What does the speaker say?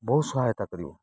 ବହୁତ ସହାୟତା କରିବ